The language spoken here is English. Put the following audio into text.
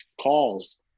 calls